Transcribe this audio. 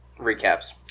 recaps